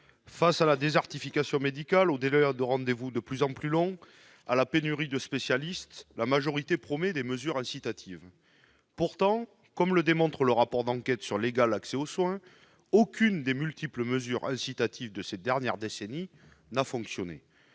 Face à la désertification médicale, aux délais de rendez-vous de plus en plus longs et à la pénurie de spécialistes, la majorité promet des mesures incitatives. Pourtant, comme le démontre le rapport de la commission d'enquête sur l'égal accès aux soins, aucune des multiples mesures incitatives des dernières décennies n'a fonctionné.